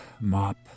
Mop